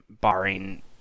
barring